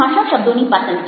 ભાષા શબ્દોની પસંદગી